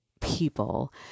people